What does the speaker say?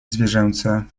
zwierzęce